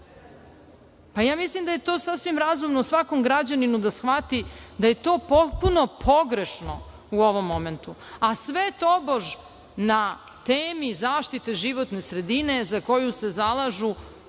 Ja mislim da je to sasvim razumno svakom građaninu da shvati da je to potpuno pogrešno u ovom momentu, a sve tobož na temi zaštite životne sredine, za koju se zalažu